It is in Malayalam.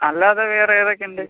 അല്ലാതെ വേറെ ഏതൊക്കെയുണ്ട്